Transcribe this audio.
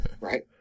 Right